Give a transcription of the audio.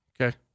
Okay